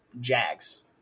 jags